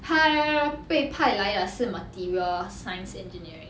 他被派来啊是 material science engineering